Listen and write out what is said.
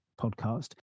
podcast